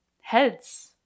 Heads